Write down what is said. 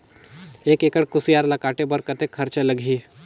एक एकड़ कुसियार ल काटे बर कतेक खरचा लगही?